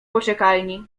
poczekalni